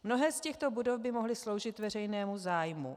Mnohé z těchto budov by mohly sloužit veřejnému zájmu.